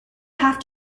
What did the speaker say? have